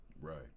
Right